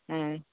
হ্যাঁ